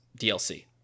DLC